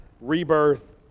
rebirth